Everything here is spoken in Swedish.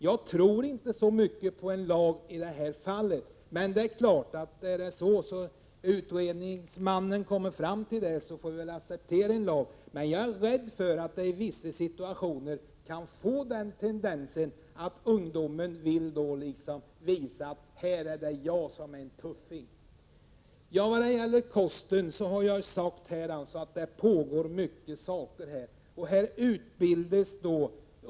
Jag tror inte på en lag i detta fall, men om utredningsmannen kommer fram till att det bör vara en lag, får vi väl acceptera den. Jag är dock rädd för att det i vissa situationer kan bli en tendens till att ungdomen då vill visa att ”här är det jag som är en tuffing”. Beträffande kosten har jag sagt att många saker pågår.